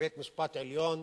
בית-משפט עליון.